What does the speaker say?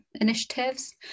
initiatives